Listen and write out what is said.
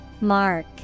Mark